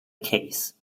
case